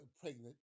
pregnant